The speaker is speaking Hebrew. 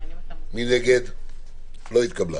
ההסתייגות לא התקבלה.